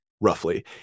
roughly